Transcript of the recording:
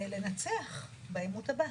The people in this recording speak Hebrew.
לנצח בעימות הבא,